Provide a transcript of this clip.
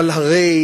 אבל הרי